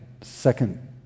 second